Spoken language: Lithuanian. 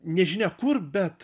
nežinia kur bet